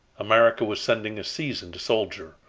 america was sending a seasoned soldier,